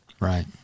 right